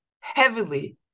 heavily